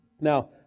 Now